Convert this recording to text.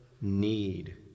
need